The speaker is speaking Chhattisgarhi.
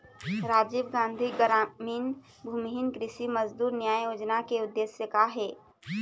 राजीव गांधी गरामीन भूमिहीन कृषि मजदूर न्याय योजना के उद्देश्य का हे?